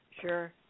Sure